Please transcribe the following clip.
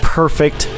perfect